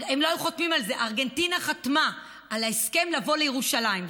ארגנטינה חתמה על ההסכם לבוא לירושלים.